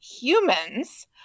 humans